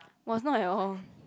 was not at all